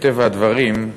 מטבע הדברים,